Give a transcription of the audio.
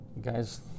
Guys